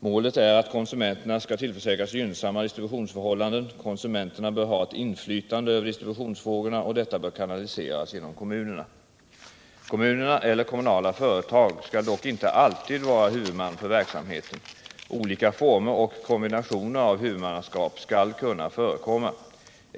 Målet är att konsumenterna skall tillförsäkras gynnsamma distributionsförhållanden. Konsumenterna bör ha ett inflytande över distributionsfrågorna, och detta bör kanaliseras genom kommunerna. Kommunerna eller kommunala företag skall dock inte alltid vara huvudmän för verksamheten. Olika former och kombinationer av huvudmannaskap skall kunna förekomma.